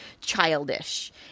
childish